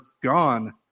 gone